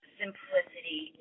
simplicity